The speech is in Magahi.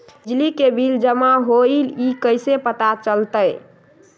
बिजली के बिल जमा होईल ई कैसे पता चलतै?